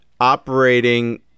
operating